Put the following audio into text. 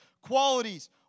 qualities